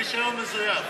ברישיון מזויף.